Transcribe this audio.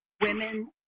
Women